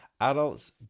Adults